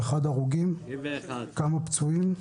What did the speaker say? הרוגים, וכמה פצועים?